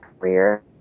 career